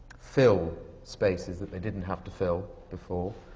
fill spaces that they didn't have to fill before.